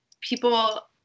people